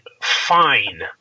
fine